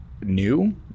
new